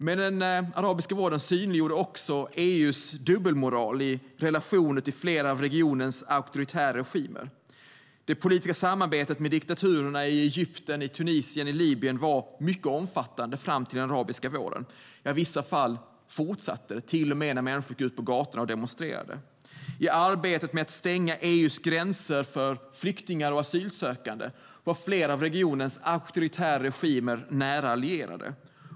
Men den arabiska våren synliggjorde också EU:s dubbelmoral i relationen till flera av regionens auktoritära regimer. Det politiska samarbetet med diktaturerna i Egypten, Tunisien och Libyen var omfattande fram till den arabiska våren. I vissa fall fortsatte det till och med när människorna gick ut på gatorna och demonstrerade. I arbetet med att stänga EU:s gränser för flyktingar och asylsökande var flera av regionens auktoritära regimer nära lierade.